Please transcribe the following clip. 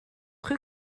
rue